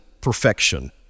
perfection